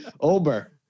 Ober